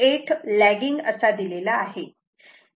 8 legging दिलेला आहे